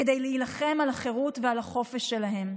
כדי להילחם על החירות ועל החופש שלהם.